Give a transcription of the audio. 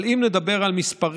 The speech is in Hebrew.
אבל אם נדבר על מספרים,